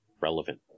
relevant